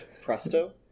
presto